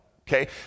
okay